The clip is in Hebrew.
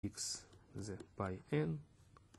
x זה פאי n